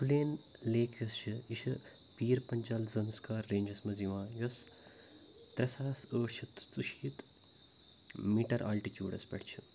تُلین لیک یُس چھُ یہِ چھُ پیٖر پَنچال زٲنسکار رینٛجَس منٛز یِوان یُس ترٛے ساس ٲٹھ شٮ۪تھ تہٕ ژُشیٖتھ میٖٹَر آلٹِچِوٗڈَس پٮ۪ٹھ چھ